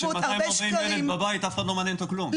כש-240 ילד בבית אף אחד לא מעניין אותו כלום,